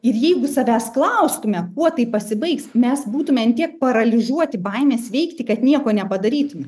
ir jeigu savęs klaustume kuo tai pasibaigs mes būtume ant tiek paralyžiuoti baimės veikti kad nieko nepadarytume